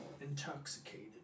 intoxicated